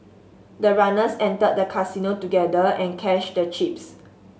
the runners entered the casino together and cashed the chips